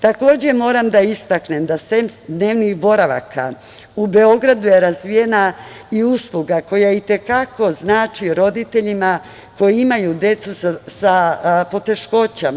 Takođe, moram da istaknem da je, sem dnevnih boravaka, u Beogradu razvijena i usluga koja i te kako znači roditeljima koji imaju decu sa poteškoćama.